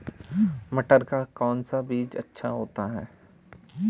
मटर का कौन सा बीज अच्छा होता हैं?